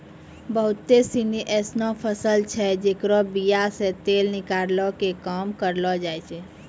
बहुते सिनी एसनो फसल छै जेकरो बीया से तेल निकालै के काम करलो जाय छै